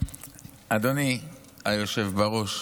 אדוני היושב בראש,